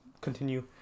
continue